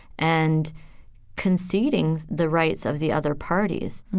and conceding the rights of the other parties